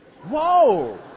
Whoa